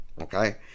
Okay